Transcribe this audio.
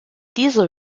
dieser